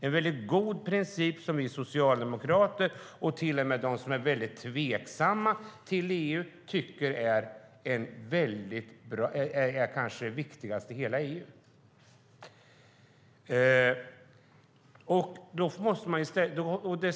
Det är en mycket god princip som vi socialdemokrater, och till och med dem som är mycket tveksamma till EU, tycker är den kanske viktigaste i hela EU.